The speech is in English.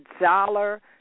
dollar